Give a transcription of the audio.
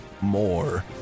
more